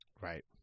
Right